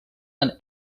and